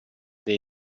nei